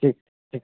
ठीक ठीक